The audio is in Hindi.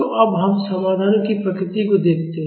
तो अब हम समाधान की प्रकृति को देखते हैं